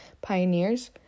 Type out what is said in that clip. pioneers